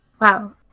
Wow